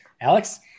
Alex